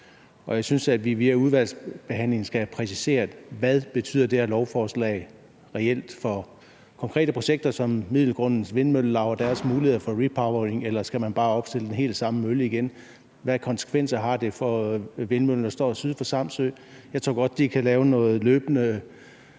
jeg synes, at vi via udvalgsbehandlingen skal have dem præciseret: Hvad betyder det her lovforslag reelt for konkrete projekter som Middelgrundens Vindmøllelaug og deres muligheder for repowering? Skal man bare opstille den helt samme mølle igen? Og hvilke konsekvenser har det for vindmøllen, der står syd for Samsø? Jeg tror godt, at de kan lave noget løbende